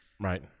Right